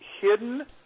hidden